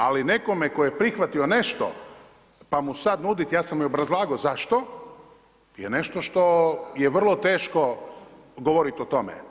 Ali nekome tko je prihvatio nešto pa mu sad nudit, ja sam i obrazlagao zašto, je nešto što je vrlo teško govorit o tome.